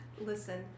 Listen